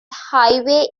highway